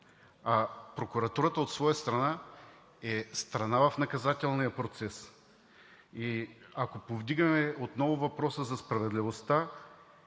а прокуратурата от своя страна е страна в наказателния процес. Ако повдигаме отново въпроса за справедливостта,